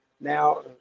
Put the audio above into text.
now